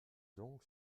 donc